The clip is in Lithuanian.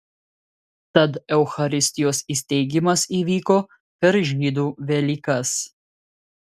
tad eucharistijos įsteigimas įvyko per žydų velykas